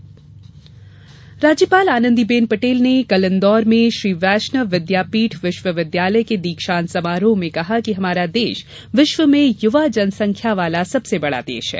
राज्यपाल राज्यपाल आनंदीबेन पटेल ने कल इंदौर में श्री वैष्णव विद्यापीठ विश्वविद्यालय के दीक्षान्त समारोह में कहा कि हमारा देश विश्व में युवा जनसंख्या वाला सबसे बड़ा देश है